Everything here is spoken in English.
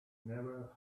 never